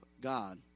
God